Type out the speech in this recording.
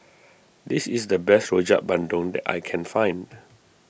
this is the best Rojak Bandung that I can find